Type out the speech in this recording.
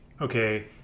okay